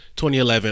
2011